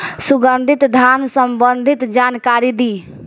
सुगंधित धान संबंधित जानकारी दी?